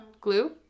Glue